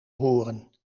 horen